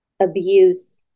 abuse